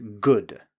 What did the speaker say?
good